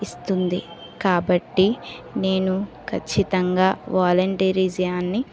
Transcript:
ఇస్తుంది కాబట్టి నేను ఖచ్చితంగా వాలంటీరిజియాన్ని